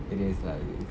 it is lah it is